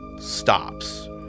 stops